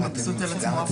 מי נמנע?